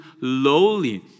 lowly